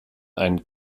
einen